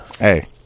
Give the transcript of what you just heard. Hey